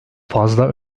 fazla